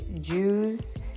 Jews